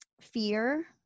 fear